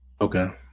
Okay